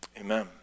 amen